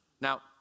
Now